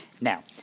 Now